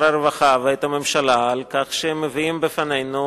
הרווחה ואת הממשלה על כך שהם מביאים בפנינו,